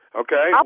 okay